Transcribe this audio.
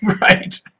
right